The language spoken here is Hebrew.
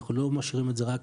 אנחנו לא משאירים את זה רק